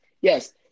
Yes